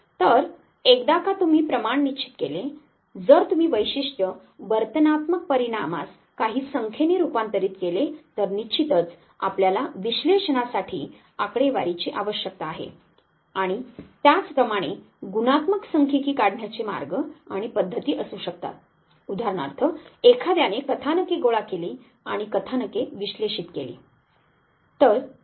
तर एकदा का तुम्ही प्रमाण निश्चित केले जर तुम्ही वैशिष्ट्य वर्तनात्मक परिणामास काही संख्येने रूपांतरित केले तर निश्चितच आपल्याला विश्लेषणासाठी आकडेवारीची आवश्यकता आहे आणि त्याचप्रमाणे गुणात्मक संखीकी काढण्याचे मार्ग आणि पद्धती असू शकतात उदाहरणार्थ एखाद्याने कथानके गोळा केली आणि कथानके विश्लेषित केले